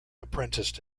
apprenticed